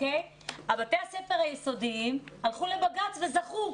בתי הספר היסודיים הלכו לבג"ץ וזכו.